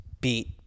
beat